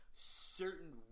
certain